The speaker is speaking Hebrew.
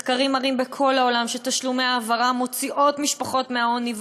מחקרים מראים בכל העולם שתשלומי העברה מוציאים משפחות מהעוני,